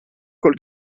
col